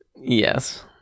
yes